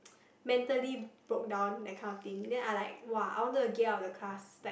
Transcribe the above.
mentally broke down that kind of thing then I like [wah] I wanted to get out of the class like